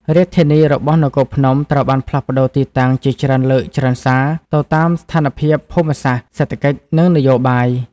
រាជធានីរបស់នគរភ្នំត្រូវបានផ្លាស់ប្តូរទីតាំងជាច្រើនលើកច្រើនសា ទៅតាមស្ថានភាពភូមិសាស្ត្រ សេដ្ឋកិច្ច និងនយោបាយ។